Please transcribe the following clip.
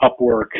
Upwork